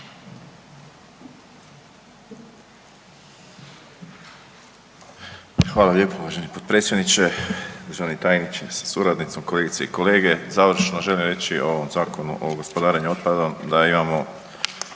Hvala lijepo uvaženi potpredsjedniče. Državni tajniče sa suradnicom, kolegice i kolege. Završno želim reći o ovom Zakonu o gospodarenju otpadom da imamo